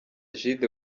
egide